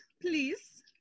please